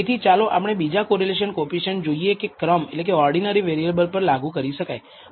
તેથી ચાલો આપણે બીજા કોરિલેશન કોએફિસિએંટ જોઈએ કે જે ક્રમ વેરિએબલ પર પણ લાગુ કરી શકાય